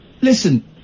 listen